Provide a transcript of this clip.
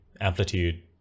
amplitude